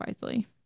wisely